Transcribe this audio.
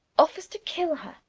offers to kill her.